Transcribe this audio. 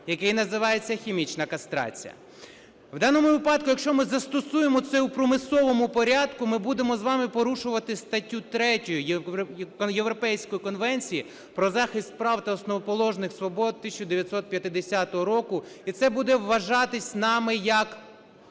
який називається хімічна кастрація. У даному випадку, якщо ми застосуємо це у примусовому порядку, ми будемо з вами порушувати статтю 3 Європейської конвенції про захист прав та основоположних свобод 1950 року. І це буде вважатись нами як